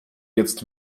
jetzt